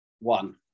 One